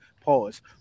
pause